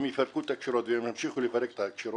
אם יפרקו את הקשירות ואם ימשיכו לפרק את הקשירות,